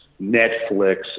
Netflix